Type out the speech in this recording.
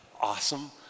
awesome